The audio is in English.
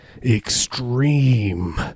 Extreme